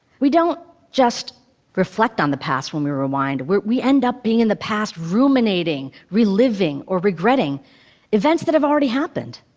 we don't just reflect on the past when we rewind, we end up being in the past ruminating, reliving or regretting events that have already happened.